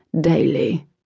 daily